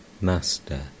Master